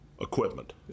equipment